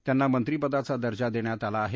त्यांना मंत्रिपदाचा दर्जा देण्यात आला आहे